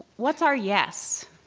what's our yes?